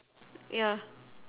ya